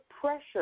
pressure